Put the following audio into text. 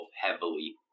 heavily